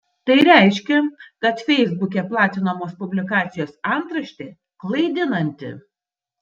tai reiškia kad feisbuke platinamos publikacijos antraštė klaidinanti